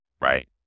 right